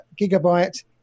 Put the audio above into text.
gigabyte